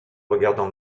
regardant